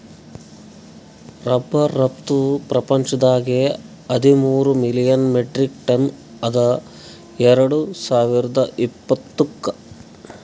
rubber ರಫ್ತು ಪ್ರಪಂಚದಾಗೆ ಹದಿಮೂರ್ ಮಿಲಿಯನ್ ಮೆಟ್ರಿಕ್ ಟನ್ ಅದ ಎರಡು ಸಾವಿರ್ದ ಇಪ್ಪತ್ತುಕ್